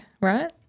right